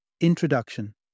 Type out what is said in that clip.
Introduction